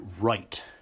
right